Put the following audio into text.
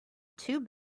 two